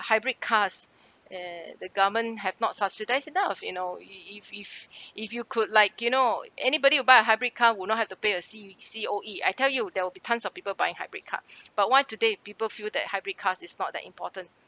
hybrid cars and the government have not subsidise enough you know it it if if you could like you know anybody who buy a hybrid car will not have to pay a C C_O_E I tell you there will be tons of people buying hybrid car but why today people feel that hybrid cars it's not that important